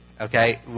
Okay